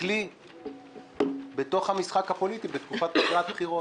ככלי במשחק הפוליטי בתקופת פגרת בחירות.